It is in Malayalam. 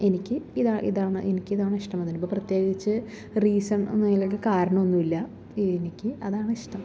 എനിക്ക് ഇതാ ഇതാണ് എനിക്കിതാണിഷ്ടം അതിപ്പം പ്രത്യേകിച്ച് ഒര് റീസൺ അങ്ങനെ എനിക്ക് കാരണമൊന്നും ഇല്ല എനിക്ക് അതാണിഷ്ടം